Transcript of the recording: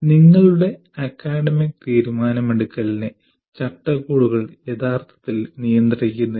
നിങ്ങളുടെ അക്കാദമിക് തീരുമാനമെടുക്കലിനെ ചട്ടക്കൂടുകൾ യഥാർത്ഥത്തിൽ നിയന്ത്രിക്കുന്നില്ല